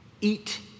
Eat